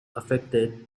affected